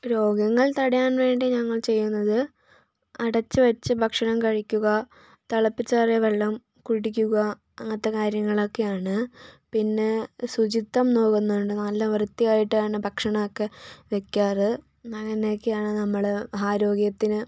രോഗങ്ങൾ തടയാൻ വേണ്ടി ഞങ്ങൾ ചെയ്യുന്നത് അടച്ചുവച്ച ഭക്ഷണം കഴിക്കുക തിളപ്പിച്ചാറിയ വെള്ളം കുടിക്കുക അങ്ങനത്തെ കാര്യങ്ങളൊക്കെയാണ് പിന്നെ ശുചിത്വം നോക്കുന്നുണ്ട് നല്ല വൃത്തിയായിട്ടാണ് ഭക്ഷണമൊക്കെ വയ്ക്കാറ് അങ്ങനെയൊക്കെയാണ് നമ്മൾ ആരോഗ്യത്തിന്